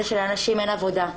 זה שלאנשים אין עבודה,